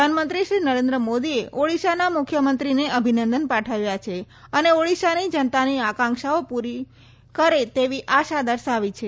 પ્રધાનમંત્રી શ્રી નરેન્દ્ર મોદીએ ઓડીશાના મુખ્યમંત્રીને અભિનંદન પાઠવ્યા છે અને ઓડીશાની જનતાની આકાંશાઓ પરીપૂર્ણ કરે તેવી આશા દર્શાવી છે